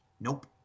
nope